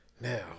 Now